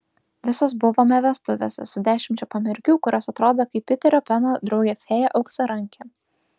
visos buvome vestuvėse su dešimčia pamergių kurios atrodo kaip piterio peno draugė fėja auksarankė